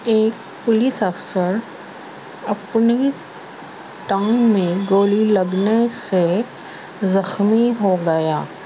ایک پولیس افسر اپنی ٹانگ میں گولی لگنے سے زخمی ہو گیا